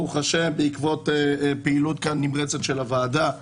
ברוך השם, בעקבות פעילות נמרצת של הוועדה כאן,